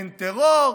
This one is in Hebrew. אין טרור,